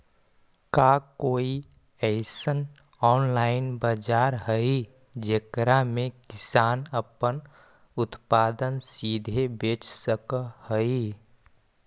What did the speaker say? का कोई अइसन ऑनलाइन बाजार हई जेकरा में किसान अपन उत्पादन सीधे बेच सक हई?